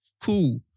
Cool